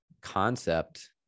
concept